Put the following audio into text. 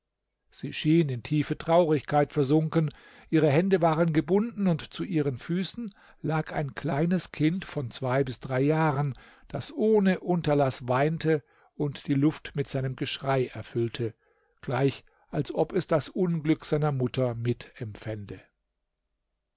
sie schien in tiefe traurigkeit versunken ihre hände waren gebunden und zu ihren füßen lag ein kleines kind von zwei bis drei jahren das ohne unterlaß weinte und die luft mit seinem geschrei erfüllte gleich als ob es das unglück seiner mutter mitempfände